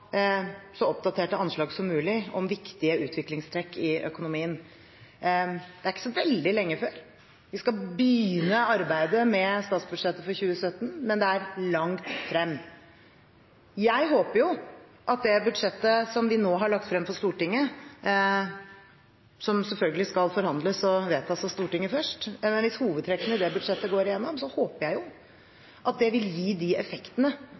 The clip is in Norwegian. så oppdaterte anslag som mulig om viktige utviklingstrekk i økonomien. Det er ikke så veldig lenge før vi skal begynne arbeidet med statsbudsjettet for 2017, men det er langt frem. Hvis hovedtrekkene i det budsjettet som vi nå har lagt frem for Stortinget – som selvfølgelig skal forhandles og vedtas av Stortinget først – går igjennom, håper jeg at det vil gi de effektene